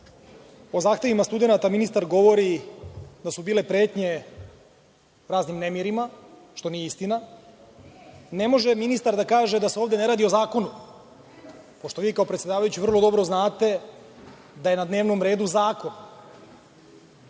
o zahtevima studenata, ministar govori da su bile pretnje raznim nemirima, što nije istina. Ne može ministar da kaže da se ovde ne radi o zakonu, pošto vi kao predsedavajući vrlo dobro znate da je na dnevnom redu zakon,